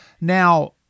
Now